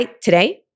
today